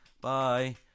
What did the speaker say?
bye